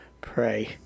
pray